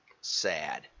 Sad